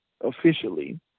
officially